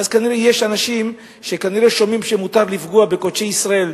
ואז יש אנשים שכנראה שומעים שמותר לפגוע בקודשי ישראל.